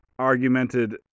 argumented